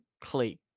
click